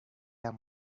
las